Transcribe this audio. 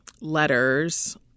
letters